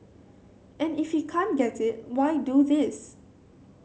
and if he can't get it why do this